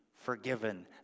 forgiven